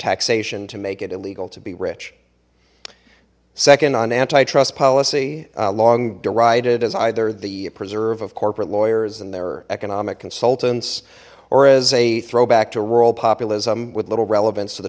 taxation to make it illegal to be rich second on antitrust policy long derided as either the preserve of corporate lawyers and their economic consultants or as a throwback to rural populism with little relevance to the